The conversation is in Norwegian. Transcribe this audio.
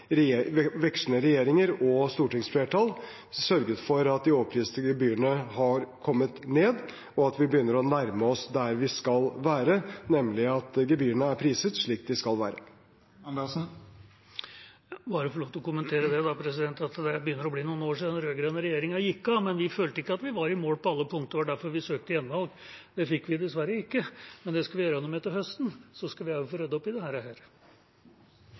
vekslende regjeringer og stortingsflertall sørget for at de overpriste gebyrene har kommet ned, og at vi begynner å nærme oss der vi skal være, nemlig at gebyrene er priset slik de skal være. Jeg må bare få lov til å kommentere at det begynner å bli noen år siden den rød-grønne regjeringa gikk av, men vi følte ikke at vi var i mål på alle punkter. Det var derfor vi søkte gjenvalg. Det fikk vi dessverre ikke, men det skal vi gjøre noe med til høsten. Så skal vi også få ryddet opp i dette. Det